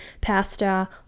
pasta